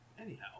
Anyhow